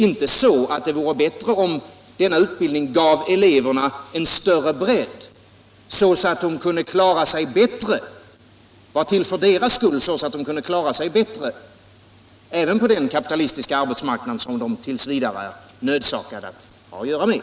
Vore det inte bättre om utbildningen var till för elevernas skull och gav dem en större bredd, så att de kunde klara sig bättre även på den kapitalistiska arbetsmarknad som de är nödsakade att ha att göra med?